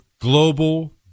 Global